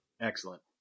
Excellent